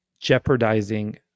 jeopardizing